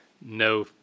No